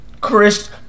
Chris